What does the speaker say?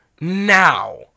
Now